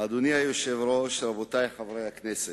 אדוני היושב-ראש, רבותי חברי הכנסת,